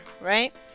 Right